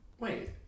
Wait